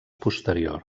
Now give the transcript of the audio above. posterior